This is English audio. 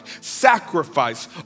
Sacrifice